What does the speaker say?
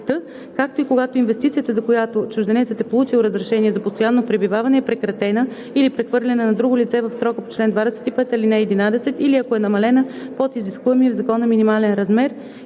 както и когато инвестицията, за която чужденецът е получил разрешение за постоянно пребиваване, е прекратена или прехвърлена на друго лице в срока по чл. 25, ал. 11 или ако е намалена под изискуемия в закона минимален размер